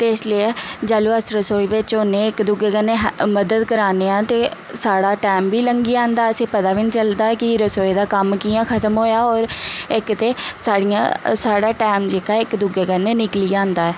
ते इसलेई जेल्लू अस रसोई बिच्च होन्ने इक दूए कन्नै मदद कराने आं ते साढ़ा टैम बी लंघी जंदा असेंगी पता बी नि चलदा कि रसोई दा कम्म कियां ख़तम होएया होर इक ते साढ़ियां साढ़ा टैम जेह्का ऐ इक दूए कन्नै निकली जांदा